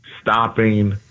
stopping